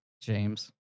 James